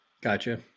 Gotcha